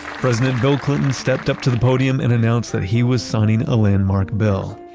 president bill clinton stepped up to the podium and announced that he was signing a landmark bill.